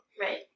Right